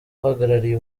uhagarariye